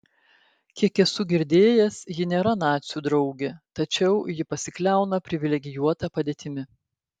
kiek esu girdėjęs ji nėra nacių draugė tačiau ji pasikliauna privilegijuota padėtimi